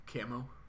camo